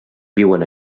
viuen